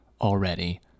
already